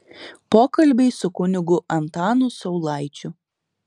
pokalbiai su kunigu antanu saulaičiu